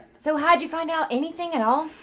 so high did you find out anything at all.